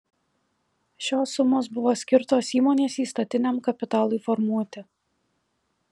šios sumos buvo skirtos įmonės įstatiniam kapitalui formuoti